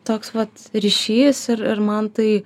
toks vat ryšys ir ir man tai